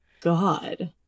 God